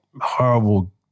horrible